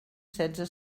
setze